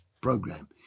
program